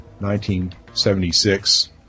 1976